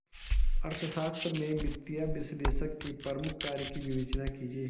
अर्थशास्त्र में वित्तीय विश्लेषक के प्रमुख कार्यों की विवेचना कीजिए